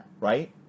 right